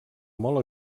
molt